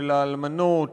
של האלמנות,